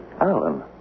Alan